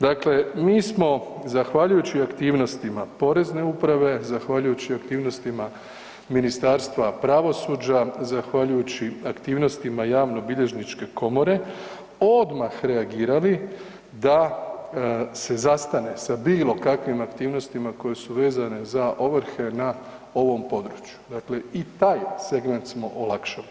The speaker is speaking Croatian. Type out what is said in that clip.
Dakle, mi smo zahvaljujući aktivnostima porezne uprave, zahvaljujući aktivnostima Ministarstva pravosuđa, zahvaljujući aktivnostima javnobilježničke komore odmah reagirali da se zastane sa bilo kakvim aktivnostima koje su vezane za ovrhe na ovom području, dakle i taj segment smo olakšali.